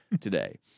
today